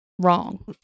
wrong